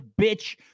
bitch